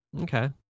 Okay